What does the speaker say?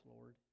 Lord